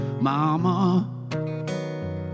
mama